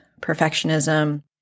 perfectionism